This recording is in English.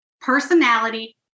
personality